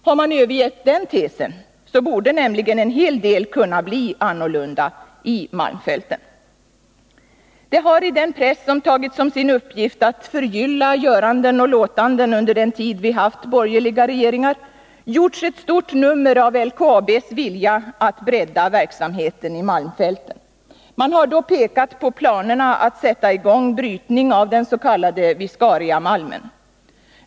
Har man övergett den tesen, så borde nämligen en hel del i malmfälten kunna bli annorlunda. Det har i den press som tagit som sin uppgift att förgylla de borgerliga regeringarnas göranden och låtanden gjorts ett stort nummer av LKAB:s vilja att bredda verksamheten i malmfälten. Man har då pekat på planerna att sätta i gång brytning av den s.k. Viscariamalmen.